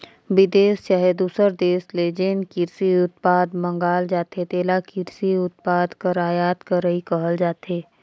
बिदेस चहे दूसर देस ले जेन किरसी उत्पाद मंगाल जाथे तेला किरसी उत्पाद कर आयात करई कहल जाथे